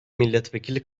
milletvekili